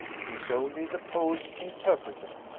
he is only the poet's interpreter.